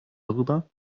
darüber